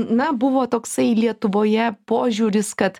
na buvo toksai lietuvoje požiūris kad